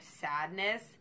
sadness